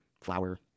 flour